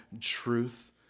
truth